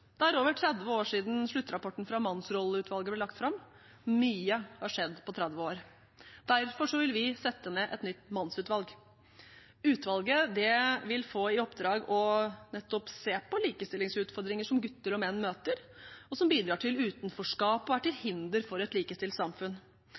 Det er over 30 år siden sluttrapporten fra Mannsrolleutvalget ble lagt fram. Mye har skjedd på 30 år. Derfor vil vi sette ned et nytt mannsutvalg. Utvalget vil få i oppdrag å se på nettopp likestillingsutfordringer som gutter og menn møter, og som bidrar til utenforskap og er til